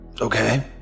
Okay